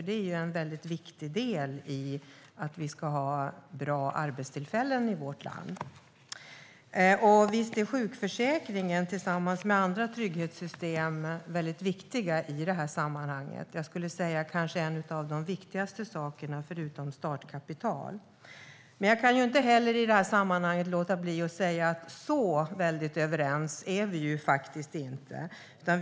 Det är ju en väldigt viktig del i att skapa arbetstillfällen i vårt land. Visst är sjukförsäkringen tillsammans med andra trygghetssystem väldigt viktiga i sammanhanget. Det är kanske en av de viktigaste sakerna förutom startkapital. Men jag kan ju inte låta bli att säga att vi inte är så väldigt överens.